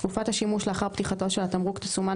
תקופת השימוש לאחר פתיחתו של התמרוק תסומן